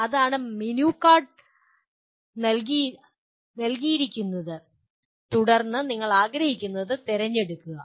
അതാണ് ഒരു menu card നൽകിയിരിക്കുന്നത് തുടർന്ന് നിങ്ങൾ ആഗ്രഹിക്കുന്നത് തിരഞ്ഞെടുക്കുക